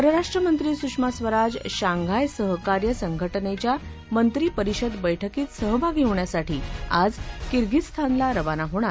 परराष्ट्रमंत्री सुषमा स्वराज शांघाय सहकार्य संघटनेच्या मंत्रीपरिषद बैठकीत सहभागी होण्यासाठी आज किर्गीझीस्तानला रवाना होणार